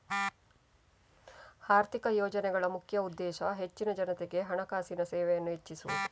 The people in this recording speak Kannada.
ಆರ್ಥಿಕ ಯೋಜನೆಗಳ ಮುಖ್ಯ ಉದ್ದೇಶ ಹೆಚ್ಚಿನ ಜನತೆಗೆ ಹಣಕಾಸಿನ ಸೇವೆಯನ್ನ ಹೆಚ್ಚಿಸುದು